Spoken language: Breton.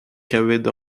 kavet